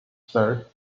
sir